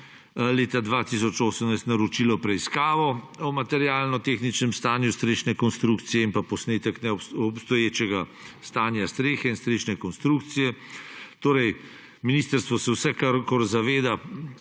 leta 2018 naročilo preiskavo o materialno-tehničnem stanju strešne konstrukcije in posnetek obstoječega stanja strehe in strešne konstrukcije. Ministrstvo se vsekakor zaveda,